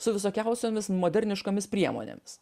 su visokiausiomis moderniškomis priemonėmis